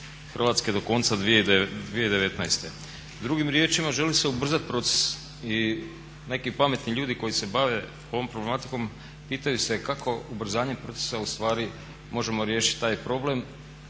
Hrvatske do konca 2019. Drugim riječima želi se ubrzati proces i neki pametni ljudi koji se bave ovom problematikom pitaju se kako ubrzanjem procesa ustvari možemo riješiti taj problem